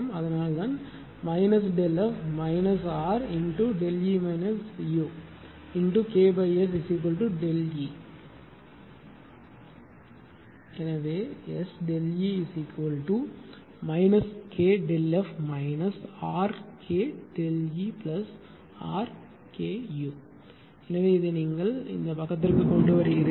அதனால் தான் ΔF RΔE uKSΔE எனவே SΔE KΔF RKΔERKu எனவே இதை நீங்கள் இந்தப் பக்கத்திற்கு கொண்டு வருகிறீர்கள்